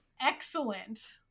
excellent